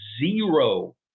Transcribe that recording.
zero